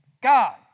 God